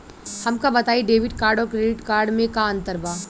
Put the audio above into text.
हमका बताई debit card और क्रेडिट कार्ड में का अंतर बा?